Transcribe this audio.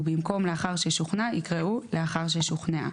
ובמקום "לאחר ששוכנע" יקראו "לאחר ששוכנעה"